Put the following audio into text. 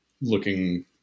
looking